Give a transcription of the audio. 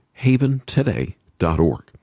Haventoday.org